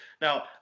Now